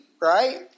right